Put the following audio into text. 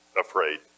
afraid